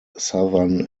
southern